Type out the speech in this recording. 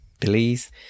Please